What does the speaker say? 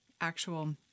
actual